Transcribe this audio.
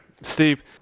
Steve